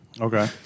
Okay